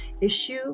issue